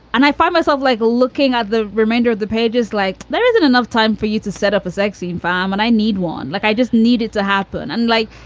and i find myself like looking at the remainder of the pages, like there isn't enough time for you to set up a sex scene. um and i need one. like, i just need it to happen. and like,